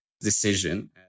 decision